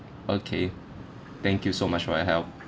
okay thank you so much for your help